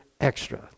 extra